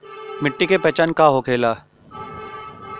मिट्टी के पहचान का होखे ला?